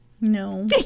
No